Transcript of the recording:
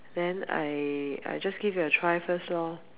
then I I just give it a try first loh